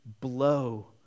blow